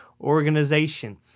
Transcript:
organization